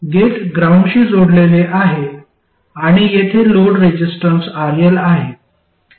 gate ग्राउंडशी जोडलेले आहे आणि येथे लोड रेसिस्टन्स RL आहे